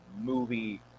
movie